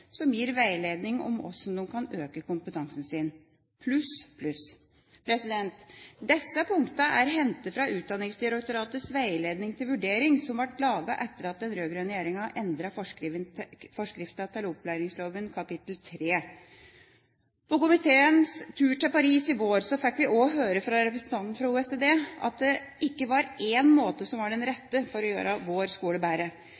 gir veiledning om hvordan de kan øke kompetansen sin – pluss, pluss. Disse punktene er hentet fra Utdanningsdirektoratets veiledning til vurdering som ble laget etter at den rød-grønne regjeringa endret forskriften til opplæringsloven kapittel 3. På komiteens tur til Paris i vår fikk vi også høre fra representanten fra OECD at det ikke var én måte som var